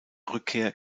rückkehr